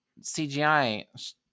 CGI